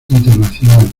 internacional